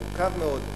מורכב מאוד,